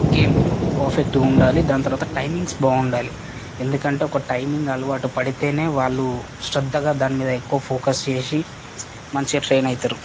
game పర్ఫెక్ట్గా ఉండాలి దాని తర్వాత టైమింగ్స్ బాగుండాలి ఎందుకంటే ఒక టైమింగ్ అలవాటు పడితేనే వాళ్ళు శ్రద్ధగా దాని మీద ఫోకస్ చేసి మంచిగా ట్రయిన్ అయితారు